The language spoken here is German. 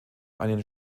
einen